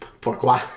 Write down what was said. Pourquoi